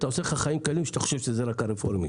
אתה עושה לך חיים קלים כשאתה חושב שזה רק הרפורמים.